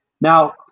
Now